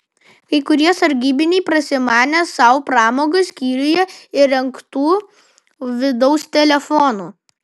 kai kurie sargybiniai prasimanė sau pramogą skyriuje įrengtu vidaus telefonu